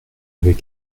avait